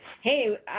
hey